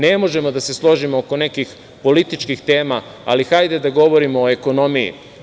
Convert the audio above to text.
Ne možemo da se složimo oko nekih političkih tema, ali hajde da govorimo o ekonomiji.